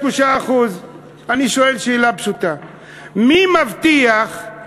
3%. אני שואל שאלה פשוטה: מי מבטיח שהממשלה,